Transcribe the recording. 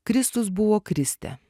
kristus buvo kristė